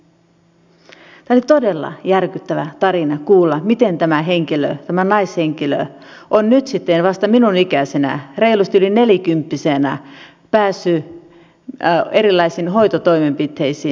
tämä oli todella järkyttävä tarina kuulla miten tämä naishenkilö on nyt sitten vasta minun ikäisenäni reilusti yli nelikymppisenä päässyt erilaisiin hoitotoimenpiteisiin